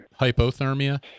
hypothermia